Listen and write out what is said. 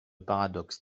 paradoxe